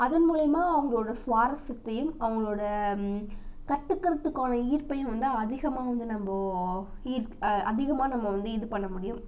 அதன் மூலயமா அவங்களோட சுவாரஸ்யத்தையும் அவங்களோட கற்றுக்கிறதுக்கான ஈர்ப்பையும் வந்து அதிகமாகும் நம்ப ஈர் அதிகமாக நம்ம வந்து இது பண்ணமுடியும்